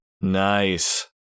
Nice